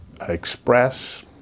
express